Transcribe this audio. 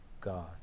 god